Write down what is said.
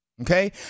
Okay